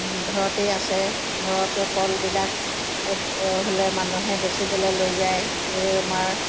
ঘৰতেই আছে ঘৰত কলবিলাক হ'লে মানুহে বেচিবলৈ লৈ যায় এই আমাৰ